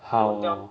how